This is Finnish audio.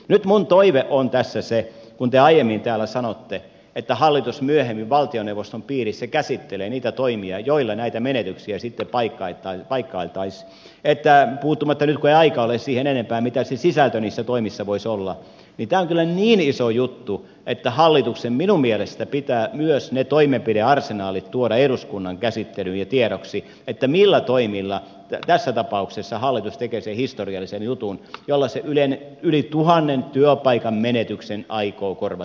nyt minun toiveeni on tässä se kun te aiemmin täällä sanoitte että hallitus myöhemmin valtioneuvoston piirissä käsittelee niitä toimia joilla näitä menetyksiä sitten paikkailtaisiin puuttumatta nyt siihen kun ei aikaa ole siihen enempää mitä se sisältö niissä toimissa voisi olla että tämä on kyllä niin iso juttu että hallituksen minun mielestäni pitää myös ne toimenpidearsenaalit tuoda eduskunnan käsittelyyn ja tiedoksi millä toimilla tässä tapauksessa hallitus tekee sen historiallisen jutun jolla se yli tuhannen työpaikan menetyksen aikoo korvata